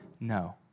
No